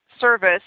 service